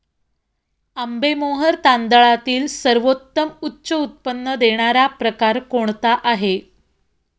आंबेमोहोर तांदळातील सर्वोत्तम उच्च उत्पन्न देणारा प्रकार कोणता आहे?